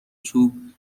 چوب